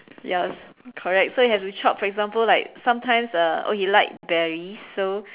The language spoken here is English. ya correct so you have to chop for example like sometimes uh oh he likes berries so